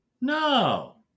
No